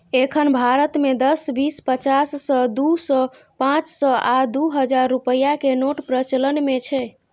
एखन भारत मे दस, बीस, पचास, सय, दू सय, पांच सय आ दू हजार रुपैया के नोट प्रचलन मे छै